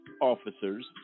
officers